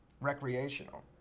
recreational